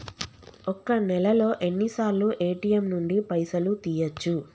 ఒక్క నెలలో ఎన్నిసార్లు ఏ.టి.ఎమ్ నుండి పైసలు తీయచ్చు?